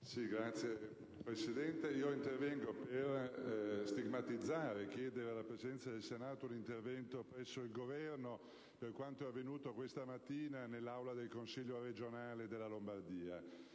Signor Presidente, intervengo per stigmatizzare e chiedere alla Presidenza del Senato l'intervento presso il Governo per quanto è avvenuto questa mattina nell'aula del Consiglio regionale della Lombardia.